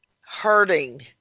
hurting